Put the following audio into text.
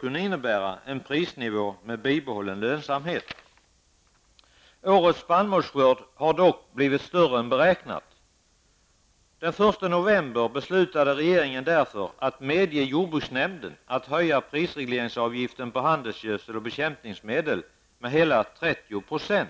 kunna innebära en prisnivå med bibehållen lönsamhet. Årets spannmålsskörd har dock blivit större än beräknat. Den första november beslutade regeringen därför att medge jordbruksnämnden att höja prisregleringsavgiften på handelsgödsel och bekämpningsmedel med hela 30 %.